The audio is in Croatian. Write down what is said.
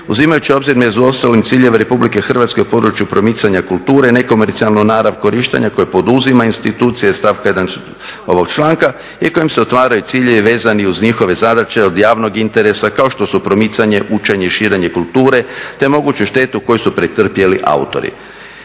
uzimajući u obzir među ostalim ciljeve Republike Hrvatske o području promicanja kulture, nekomercijalnu narav korištenja koju poduzima institucija iz stavka 1. ovog članka i kojim se otvaraju ciljevi vezani uz njihove zadaće od javnog interesa kao što su promicanje, učenje i širenje kulture, te moguću štetu koju pretrpjeli autori.